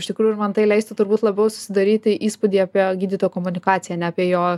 iš tikrųjų ir man tai leistų turbūt labiau susidaryti įspūdį apie gydyto komunikaciją ne apie jo